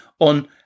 on